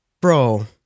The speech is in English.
bro